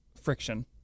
friction